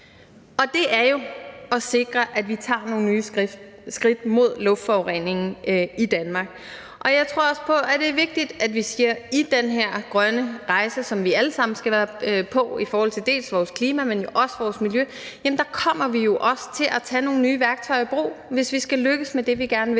Det er jo at sikre, at vi tager nogle nye skridt mod luftforureningen i Danmark. Og jeg tror også på, at det er vigtigt, at vi siger, at på den her grønne rejse, som vi alle sammen skal være på i forhold til dels vores klima, dels vores miljø, kommer vi også til at tage nogle nye værktøjer i brug, hvis vi skal lykkes med det, vi gerne vil.